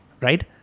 right